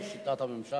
של שיטת הממשל?